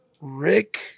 Rick